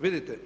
Vidite,